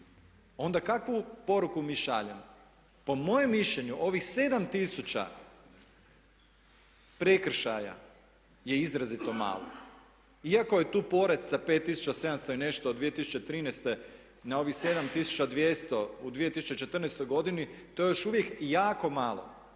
onda kakvu poruku mi šaljemo? Po mojem mišljenju ovih 7 tisuća prekršaja je izrazito malo. Iako je tu porast sa 5700 i nešto od 2013. na ovih 7200 u 2014. godini, to je još uvijek jako malo.